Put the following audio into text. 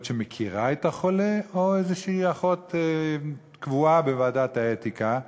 שמכירה את החולה או איזו אחות קבועה בוועדת האתיקה,